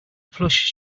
plush